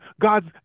God's